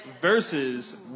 versus